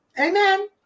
Amen